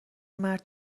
مرد